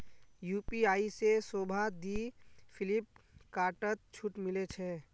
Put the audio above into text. UPI से शोभा दी फिलिपकार्टत छूट मिले छे